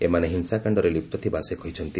ଏମାନେ ହିଂସାକାଶ୍ଡରେ ଲିପ୍ତ ଥିବା ସେ କହିଛନ୍ତି